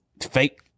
fake